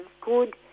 good